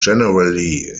generally